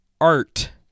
Art